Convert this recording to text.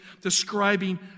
describing